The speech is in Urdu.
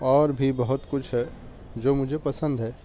اور بھی بہت کچھ ہے جو مجھے پسند ہے